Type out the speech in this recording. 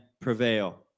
prevail